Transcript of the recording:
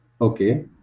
Okay